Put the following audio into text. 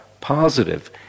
positive